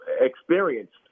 experienced